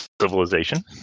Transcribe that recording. Civilization